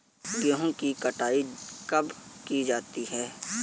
गेहूँ की कटाई कब की जाती है?